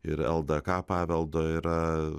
ir ldk paveldo yra